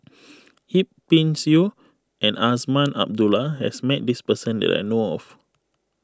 Yip Pin Xiu and Azman Abdullah has met this person that I know of